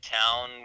town